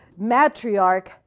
matriarch